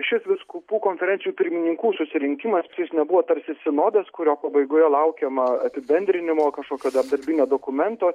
šis vyskupų konferencijų pirmininkų susirinkimas tai jis nebuvo tarsi sinodas kurio pabaigoje laukiama apibendrinimo kažkokio dar dabartinio dokumento